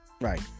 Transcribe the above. right